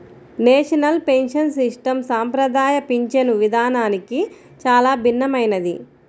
national pension system సంప్రదాయ పింఛను విధానానికి చాలా భిన్నమైనది